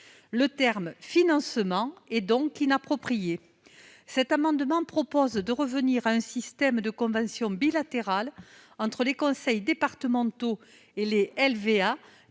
Le terme « financement » est donc inapproprié. Nous proposons de revenir à un système de convention bilatérale entre les conseils départementaux et les LVA,